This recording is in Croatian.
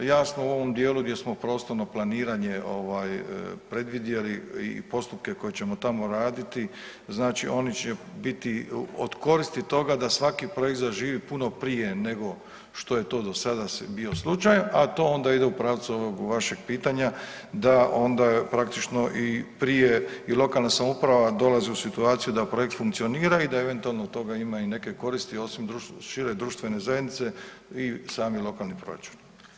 Jasno u ovom djelu gdje smo prostorno planiranje predvidjeli i postupke koje ćemo tamo raditi, znači oni će biti od koristi toga da svaki projekt zaživi puno prije nego što je to dosada bio slučaj a to onda ide u pravcu ovog vašeg pitanja da onda praktično i prije i lokalna samouprava dolazi u situaciju da projekt funkcionira i da eventualno od toga ima neke koristi osim šire društvene zajednice i sami lokalni pročelnik.